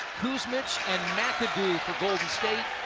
kuzmic and mcadoo for golden state.